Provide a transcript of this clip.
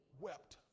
wept